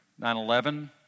9-11